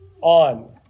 on